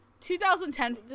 2010